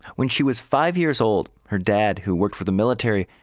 when she was five years old, her dad, who worked for the military,